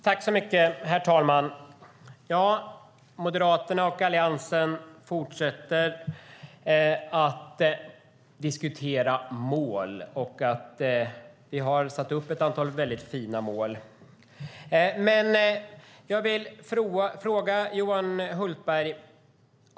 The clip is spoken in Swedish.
Herr talman! Moderaterna och Alliansen fortsätter att diskutera mål. Vi har satt upp ett antal mycket fina mål. Men jag vill ställa en fråga till Johan Hultberg.